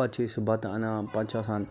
پَتہٕ چھِ أسۍ سُہ بَتہٕ اَنان پَتہٕ چھُ آسان